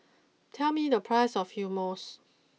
tell me the price of Hummus